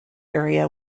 area